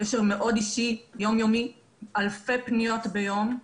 קשר מאוד אישי יומיומי, אלפי פניות ביום.